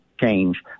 change